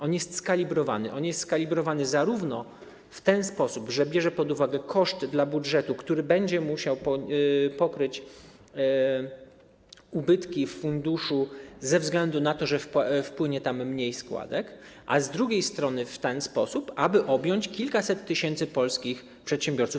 On jest skalibrowany z jednej strony w ten sposób, że bierze pod uwagę koszty dla budżetu, który będzie musiał pokryć ubytki w funduszu ze względu na to, że wpłynie tam mniej składek, a z drugiej strony w ten sposób, aby objąć kilkaset tysięcy polskich przedsiębiorców.